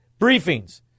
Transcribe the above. briefings